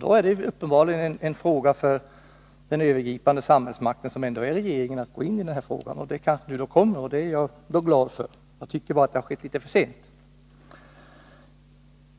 Då blir det ändå en fråga för den övergripande samhällsmakten, som ändå är regeringen, att ingripa. Det blir kanske så, det är jag i så fall glad för, men jag tycker att det är litet för sent.